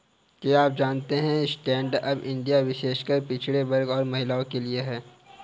क्या आप जानते है स्टैंडअप इंडिया विशेषकर पिछड़े वर्ग और महिलाओं के लिए है?